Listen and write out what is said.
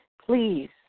Please